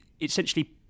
essentially